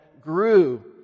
grew